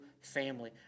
family